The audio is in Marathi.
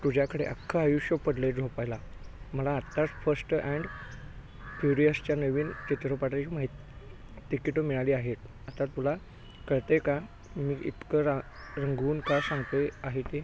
तुझ्याकडे अख्खं आयुष्य पडलं आहे झोपायला मला आताच फश्ट अँड फ्युरियसच्या नवीन चित्रपटाची माहीत तिकीटं मिळाली आहेत आता तुला कळत आहे का मी इतकं रा रंगवून का सांगतो आहे आहे ते